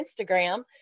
Instagram